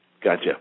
Gotcha